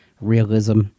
realism